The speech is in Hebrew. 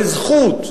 בזכות,